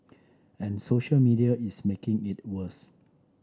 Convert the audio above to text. and social media is making it worse